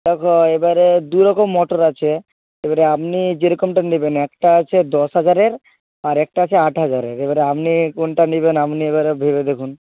দেখো এবারে দুরকম মোটর আছে এবারে আপনি যে রকমটা নেবেন একটা আছে দশ হাজারের আরেকটা আছে আট হাজারের এবারে আপনি কোনটা নেবেন আপনি এবারে ভেবে দেখুন